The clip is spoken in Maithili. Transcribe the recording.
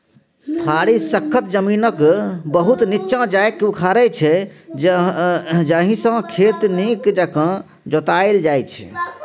फारी सक्खत जमीनकेँ बहुत नीच्चाँ जाकए उखारै छै जाहिसँ खेत नीक जकाँ जोताएल जाइ छै